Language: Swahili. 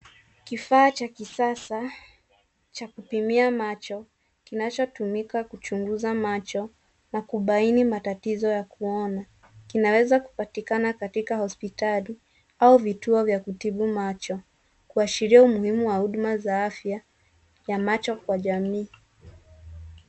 Kifaa cha kisasa cha kupimia macho, kinachotumika kuchunguza macho na kubaini matatizo ya kuona. Kinaweza kupatikana katika hospitali au vituo vya kutibu macho, kuashiria umuhimu wa huduma za afya ya macho kwa jamii.